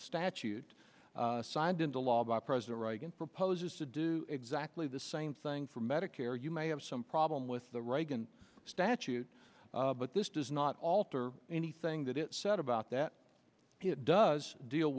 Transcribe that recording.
statute signed into law by president reagan proposes to do exactly the same thing for medicare you may have some problem with the reagan statute but this does not alter anything that it said about that it does deal